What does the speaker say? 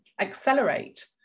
accelerate